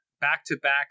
back-to-back